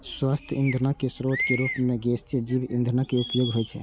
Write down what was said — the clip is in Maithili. स्वच्छ ईंधनक स्रोत के रूप मे गैसीय जैव ईंधनक उपयोग होइ छै